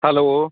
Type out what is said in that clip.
hello